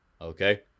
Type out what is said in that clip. Okay